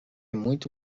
muito